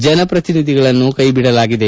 ಜನಪ್ರತಿನಿಧಿಗಳನ್ನು ಕೈ ಬಿಡಲಾಗಿದೆ